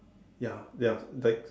ya ya like